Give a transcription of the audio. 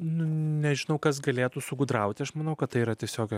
nežinau kas galėtų sugudrauti aš manau kad tai yra tiesiog